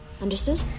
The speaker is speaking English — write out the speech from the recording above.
Understood